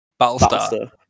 Battlestar